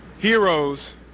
Heroes